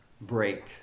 break